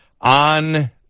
on